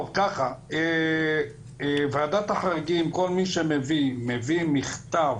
טוב, ככה, ועדת החריגים, כל מי שמביא מכתב,